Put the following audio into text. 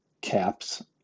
caps